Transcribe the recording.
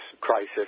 crisis